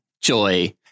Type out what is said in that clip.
Joy